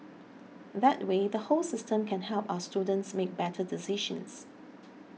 that way the whole system can help us students make better decisions